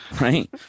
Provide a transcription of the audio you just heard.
Right